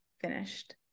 finished